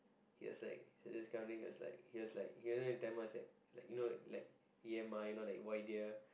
he was like so he was counting he was like he was like he wanted in Tamil he was like why dear